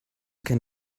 can